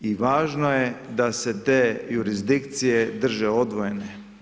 I važno je da se te jurisdikcije drže odvojene.